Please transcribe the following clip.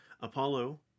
Apollo